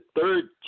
third